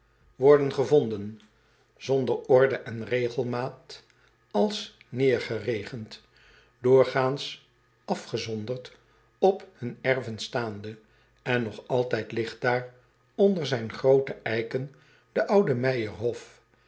eel vonden zonder orde en regelmaat als neêrgeregend doorgaans afgezonderd op hun erven staande en nog altijd ligt daar onder zijn groote eiken de oude